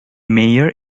mayor